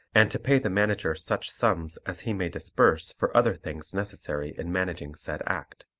and to pay the manager such sums as he may disburse for other things necessary in managing said act.